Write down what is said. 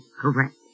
correct